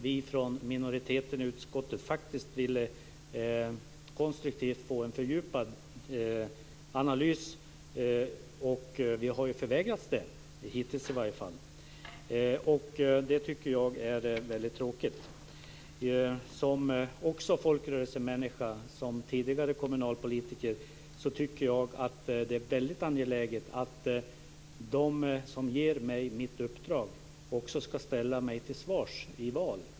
Vi från minoriteten i utskottet ville få en konstruktiv fördjupad analys, och vi har förvägrats det, i varje fall hittills. Det tycker jag är väldigt tråkigt. Som folkrörelsemänniska och tidigare kommunalpolitiker tycker jag att det är väldigt angeläget att de som ger mig mitt uppdrag också ska ställa mig till svars i val.